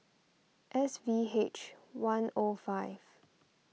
S V H one O five